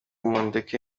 mundeke